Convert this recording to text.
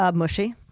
ah mushy,